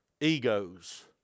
egos